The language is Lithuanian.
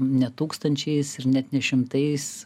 ne tūkstančiais ir net ne šimtais